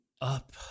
up